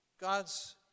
God's